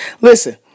Listen